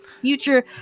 future